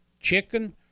chicken